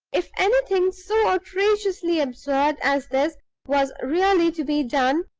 if anything so outrageously absurd as this was really to be done,